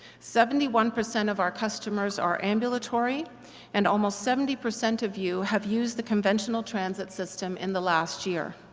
seventy one percent of our customers are ambulatory and almost seventy percent of you have used the conventional transit system in the last year.